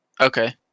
Okay